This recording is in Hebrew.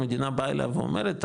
המדינה בא אליו ואומרת,